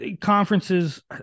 Conferences